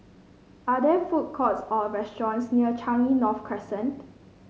are there food courts or restaurants near Changi North Crescent